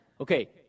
Okay